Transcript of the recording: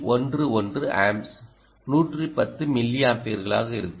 11ஆம்ப்ஸ் 110 மில்லியாம்பர்களாக இருக்கும்